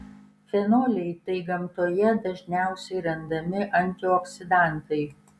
fenoliai tai gamtoje dažniausiai randami antioksidantai